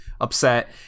upset